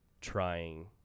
trying